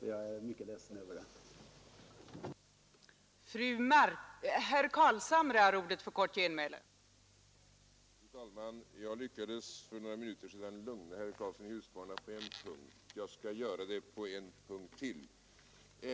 Det är obegripligt att man kan göra något sådant när det ena dessutom är en del av ett känt personnamn, och jag är verkligen mycket ledsen.